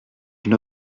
une